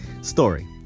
story